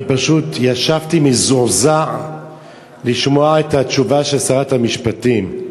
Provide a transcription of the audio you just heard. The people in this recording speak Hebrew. אני פשוט ישבתי מזועזע לשמוע את התשובה של שרת המשפטים.